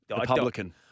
Republican